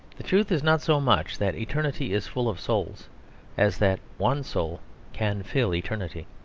the truth is not so much that eternity is full of souls as that one soul can fill eternity.